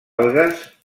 algues